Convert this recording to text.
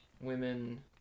women